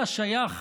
היה שייך